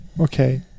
okay